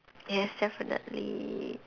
yes definitely